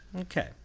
okay